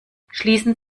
schließen